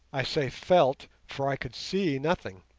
i say felt, for i could see nothing,